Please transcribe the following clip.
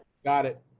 got it.